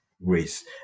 race